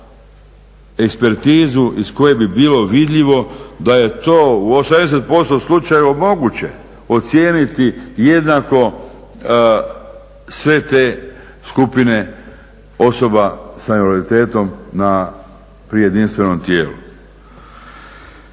ekspertizu iz koje bi bilo vidljivo da je to u 80% slučajeva moguće ocijeniti jednako sve te skupine osoba sa invaliditetom pri jedinstvenom tijelu.